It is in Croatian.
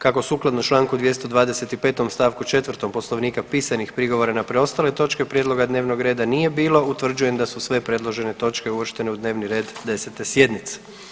Kako sukladno Članku 225. stavku 4. Poslovnika pisanih prigovora na preostale točke prijedloga dnevnog reda nije bilo utvrđujem da su sve predložene točke uvrštene u dnevni red 10. sjednice.